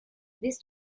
these